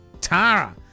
Tara